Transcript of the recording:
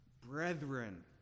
Brethren